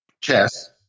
chess